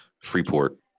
Freeport